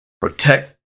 Protect